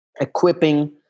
equipping